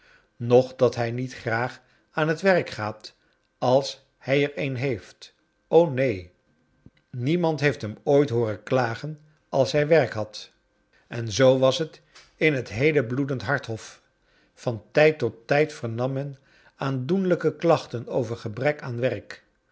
noch dat hij niet graag aan het werk gaat als hij er een heeft neen niemand heeft hem ooit hooren klagcn als hij werk had en zoo was het in het heele bloedend hari ilof van tijd tot tijd vernam men aandoenlijke klachten over gebrek aan werk